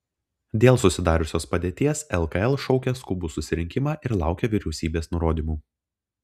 dėl susidariusios padėties lkl šaukia skubų susirinkimą ir laukia vyriausybės nurodymų